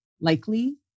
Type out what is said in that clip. likely